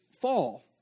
fall